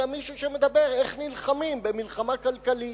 אלא מישהו שמדבר על איך נלחמים במלחמה כלכלית,